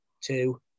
Two